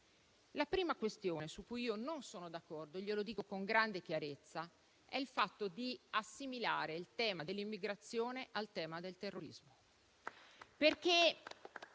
La prima questione su cui non sono d'accordo - glielo dico con grande chiarezza - è il fatto di assimilare il tema dell'immigrazione al tema del terrorismo.